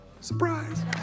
Surprise